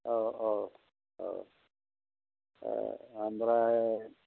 औ औ औ ओ ओमफ्राय